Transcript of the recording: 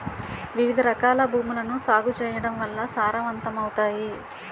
వివిధరకాల భూములను సాగు చేయడం వల్ల సారవంతమవుతాయి